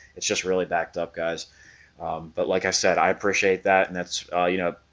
it's just really backed up guys but like i said, i appreciate that and that's you know,